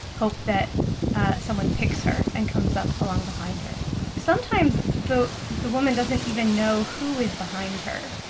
hope that ah someone picks her and comes up along behind her sometimes the the woman doesn't even know who is behind her,